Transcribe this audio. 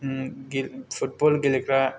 गेले फुटबल गेलेग्रा